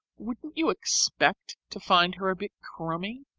wouldn't you expect to find her a bit crumby?